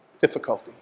difficulty